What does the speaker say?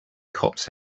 cops